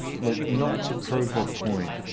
look, not to prove a point,